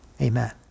Amen